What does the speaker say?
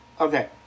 Okay